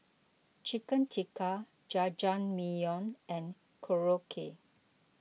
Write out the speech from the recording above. Chicken Tikka Jajangmyeon and Korokke